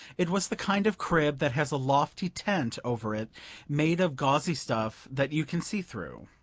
it was the kind of crib that has a lofty tent over it made of gauzy stuff that you can see through.